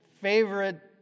favorite